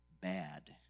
Bad